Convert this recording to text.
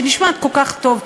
שנשמעת כל כך טוב,